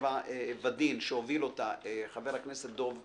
טבע ודין" שהוביל אותה חבר הכנסת דב חנין,